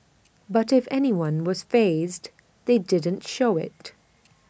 but if anyone was fazed they didn't show IT